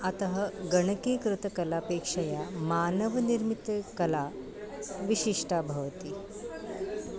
अतः गणकीकृतकलापेक्षया मानवनिर्मितकला विशिष्टा भवति